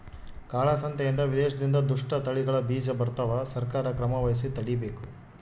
ಕಾಳ ಸಂತೆಯಿಂದ ವಿದೇಶದಿಂದ ದುಷ್ಟ ತಳಿಗಳ ಬೀಜ ಬರ್ತವ ಸರ್ಕಾರ ಕ್ರಮವಹಿಸಿ ತಡೀಬೇಕು